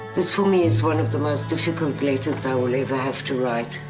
this for me is one of the most difficult letters i will ever have to write.